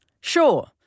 Sure